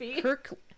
Kirk